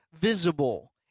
visible